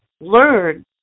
learn